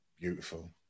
Beautiful